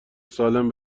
سالم